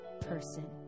person